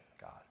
God